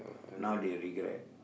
now they regret